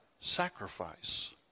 sacrifice